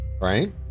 right